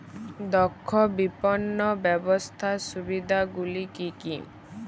দক্ষ বিপণন ব্যবস্থার সুবিধাগুলি কি কি?